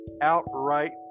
outright